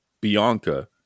Bianca